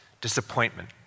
disappointment